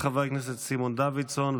חבר הכנסת סימון דוידסון,